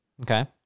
okay